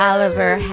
Oliver